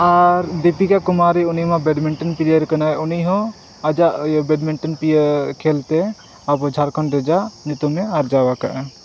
ᱟᱨ ᱫᱤᱯᱤᱠᱟ ᱠᱩᱢᱟᱨᱤ ᱩᱱᱤᱢᱟ badminton player ᱠᱟᱱᱟᱭ ᱩᱱᱤ ᱦᱚᱸ ᱟᱡᱟᱜ ᱤᱭᱟᱹ ᱵᱮᱴᱢᱤᱱᱴᱚᱱ ᱠᱷᱮᱞᱛᱮ ᱟᱵᱚ ᱡᱷᱟᱨᱠᱷᱚᱸᱰ ᱨᱮᱭᱟᱜ ᱧᱩᱛᱩᱢᱮ ᱟᱨᱡᱟᱣ ᱟᱠᱟᱫᱼᱟ